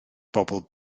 bobl